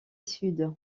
sud